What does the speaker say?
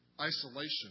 Isolation